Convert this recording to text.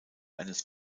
eines